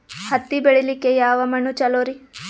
ಹತ್ತಿ ಬೆಳಿಲಿಕ್ಕೆ ಯಾವ ಮಣ್ಣು ಚಲೋರಿ?